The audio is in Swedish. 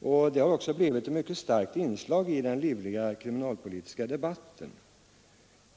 Frivården har också blivit ett mycket starkt inslag i den livliga kriminalpolitiska debatten.